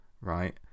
right